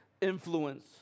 influence